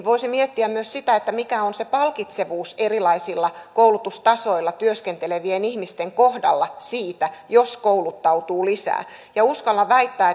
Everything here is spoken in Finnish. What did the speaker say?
voisi miettiä myös sitä mikä on se palkitsevuus erilaisilla koulutustasoilla työskentelevien ihmisten kohdalla siitä jos kouluttautuu lisää ja uskallan väittää